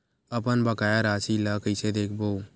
अपन बकाया राशि ला कइसे देखबो?